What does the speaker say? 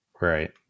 Right